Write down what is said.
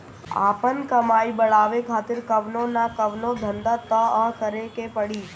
आपन कमाई बढ़ावे खातिर कवनो न कवनो धंधा तअ करीए के पड़ी